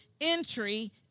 entry